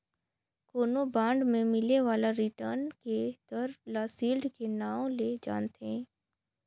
कोनो बांड मे मिले बाला रिटर्न के दर ल सील्ड के नांव ले जानथें